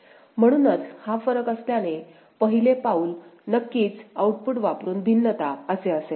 म्हणूनच हा फरक असल्याने पहिले पाऊल नक्कीच आउटपुट वापरुन भिन्नता असे असेल